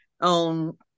on